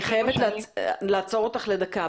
אני מתנצלת, אני חייבת לעצור אותך לדקה.